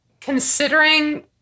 considering